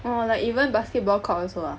!wah! like even basketball court also ah